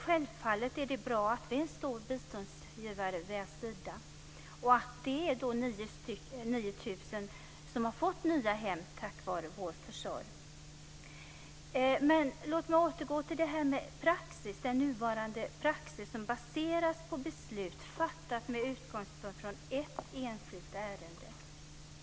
Självfallet är det bra att vi är en stor biståndsgivare via Sida och att 9 000 människor har fått nya hem genom vår försorg. Men låt mig återgå till den nuvarande praxis som baseras på beslut fattat med utgångspunkt i ett enda enskilt ärende.